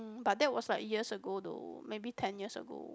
but that was like years ago though maybe ten years ago